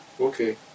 Okay